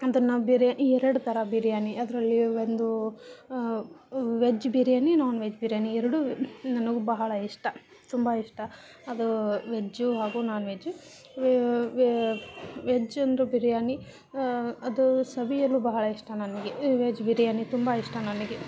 ಅದನ್ನು ಬಿರ್ಯಾ ಎರಡು ಥರ ಬಿರಿಯಾನಿ ಅದರಲ್ಲಿ ಒಂದು veg biryani non veg biryani ಎರಡೂ ನನಗೆ ಬಹಳ ಇಷ್ಟ ತುಂಬ ಇಷ್ಟ ಅದು ವೆಜ್ಜು ಹಾಗೂ ನಾನ್ ವೆಜ್ಜು ವೆಜ್ಜಂದ್ರೂ ಬಿರಿಯಾನಿ ಅದು ಸವಿಯಲು ಬಹಳ ಇಷ್ಟ ನನಗೆ ವೆಜ್ ಬಿರಿಯಾನಿ ತುಂಬ ಇಷ್ಟ ನನಗೆ